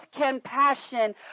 compassion